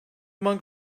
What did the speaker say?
monk